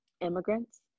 immigrants